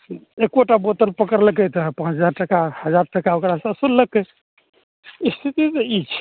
एको टा बोतल पकड़लकइ तऽ पाँच हजार टाका हजार टाका ओकरा सँ वसुललकइ स्थिति तऽ ई छै